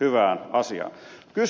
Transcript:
hyvään asiaan